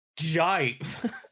jive